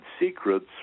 secrets